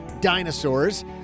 dinosaurs